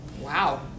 Wow